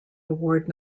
award